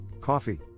coffee